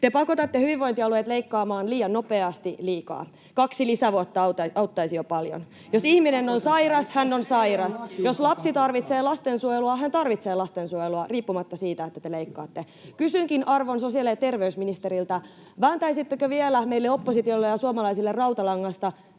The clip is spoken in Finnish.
Te pakotatte hyvinvointialueet leikkaamaan liian nopeasti liikaa. Kaksi lisävuotta auttaisi jo paljon. Jos ihminen on sairas, hän on sairas. [Ben Zyskowiczin välihuuto] Jos lapsi tarvitsee lastensuojelua, hän tarvitsee lastensuojelua riippumatta siitä, että te leikkaatte. Kysynkin arvon sosiaali- ja terveysministeriltä, vääntäisittekö vielä meille oppositiolle ja suomalaisille rautalangasta,